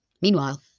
Meanwhile